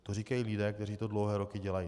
To říkají lidé, kteří to dlouhé roky dělají.